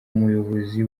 muyobozi